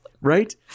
right